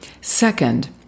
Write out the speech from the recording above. Second